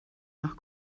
noch